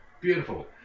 beautiful